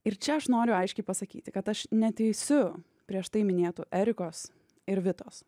ir čia aš noriu aiškiai pasakyti kad aš neteisiu prieš tai minėtų erikos ir vitos